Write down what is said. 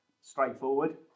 Straightforward